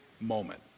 moment